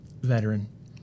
veteran